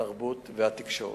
התרבות והתקשורת.